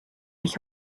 mich